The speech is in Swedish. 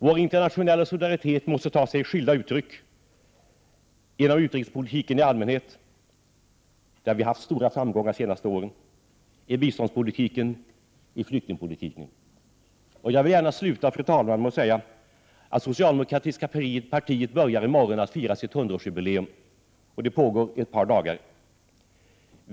Vårinternationella solidaritet måste ta sig skilda uttryck — genom utrikespolitiken i allmänhet, där vi haft stora framgångar de senaste åren, i biståndspolitiken och i flyktingpolitiken. Jag vill gärna sluta, fru talman, med att säga att socialdemokratiska partiet börjar i morgon att fira sitt 100-årsjubileum, och det pågår ett par dagar.